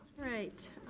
right